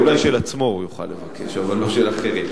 אולי של עצמו הוא יוכל לבקש, אבל לא של אחרים.